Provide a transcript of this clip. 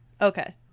Okay